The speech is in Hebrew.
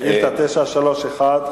שאילתא 931,